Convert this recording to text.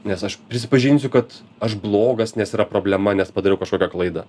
nes aš prisipažinsiu kad aš blogas nes yra problema nes padariau kažkokio klaidą